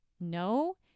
No